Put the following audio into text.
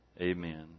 Amen